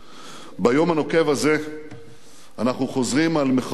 ביום הנוקב הזה אנחנו חוזרים על מחויבותנו